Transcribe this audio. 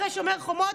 אחרי שומר החומות,